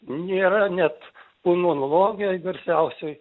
nėra net pulmonologijoj garsiausioj